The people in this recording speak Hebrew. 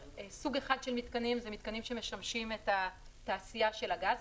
סוג אחד של מתקנים זה מתקנים שמשמשים את התעשייה של הגז,